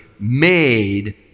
made